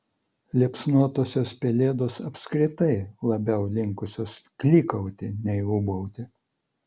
liepsnotosios pelėdos apskritai labiau linkusios klykauti nei ūbauti